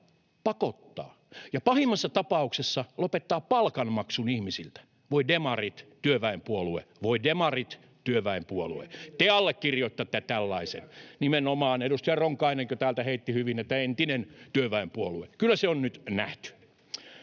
pakottaa, ja pahimmassa tapauksessa lopettaa palkanmaksun ihmisiltä. Voi demarit, työväenpuolue. Voi demarit, työväenpuolue, te allekirjoitatte tällaisen. [Jari Ronkaisen välihuuto] — Nimenomaan, edustaja Ronkainenkin täältä heitti hyvin, että entinen työväenpuolue. Kyllä se on nyt nähty.